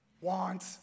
want